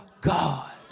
God